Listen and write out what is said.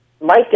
Mike